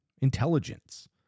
Intelligence